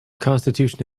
constitution